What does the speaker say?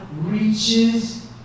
reaches